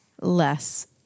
less